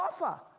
offer